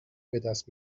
بدست